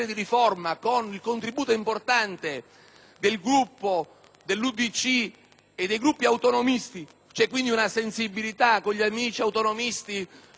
e degli autonomisti. C'è quindi una sensibilità con gli amici autonomisti, sudtirolesi e valdostani, ed è importante che lei abbia saputo cogliere